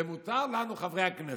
מותר לנו, לחברי הכנסת,